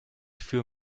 für